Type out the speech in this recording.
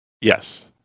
Yes